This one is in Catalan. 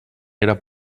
era